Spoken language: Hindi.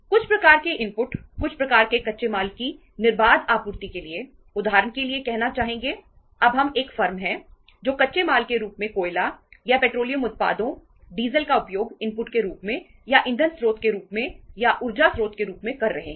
कुछ प्रकार के इनपुट कुछ प्रकार के कच्चे माल की निर्बाध आपूर्ति के लिए उदाहरण के लिए कहना चाहेंगे अब हम एक फर्म हैं जो कच्चे माल के रूप में कोयला या पेट्रोलियम उत्पादों डीजल का उपयोग इनपुट के रूप में या ईंधन स्रोत के रूप में या ऊर्जा स्रोत के रूप में कर रहे हैं